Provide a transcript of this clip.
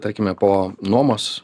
tarkime po nuomos